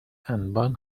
انبان